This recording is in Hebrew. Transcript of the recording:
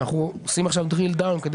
אנחנו עושים עכשיו drill down כדי